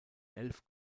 elf